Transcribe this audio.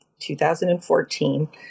2014